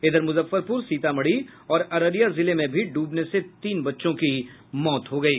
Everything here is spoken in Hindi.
इधर मुजफ्फरपुर सीतामढ़ी और अररिया जिले में भी डूबने से तीन बच्चों की मौत हो गयी